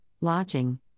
lodging